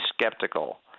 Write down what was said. skeptical